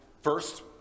first